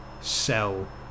sell